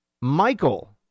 Michael